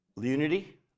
Unity